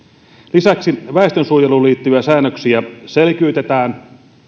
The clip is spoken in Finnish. lisäksi väestönsuojeluun liittyviä säännöksiä selkiytetään